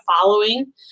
following